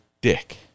dick